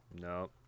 no